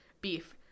beef